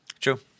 True